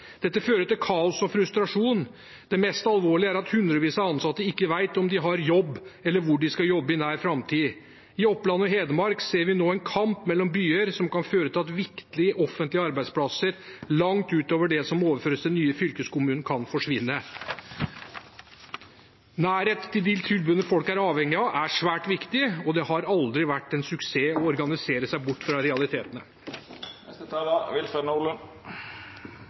Dette fører til kaos og frustrasjon. Det mest alvorlige er at hundrevis av ansatte ikke vet om de har jobb, eller hvor de skal jobbe, i nær framtid. I Oppland og Hedmark ser vi nå en kamp mellom byer som kan føre til at viktige offentlige arbeidsplasser langt utover det som overføres til den nye fylkeskommunen, kan forsvinne. Nærhet til tilbudene folk er avhengige av, er svært viktig, og det har aldri vært en suksess å organisere seg bort fra realitetene.